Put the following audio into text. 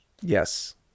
Yes